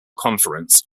conference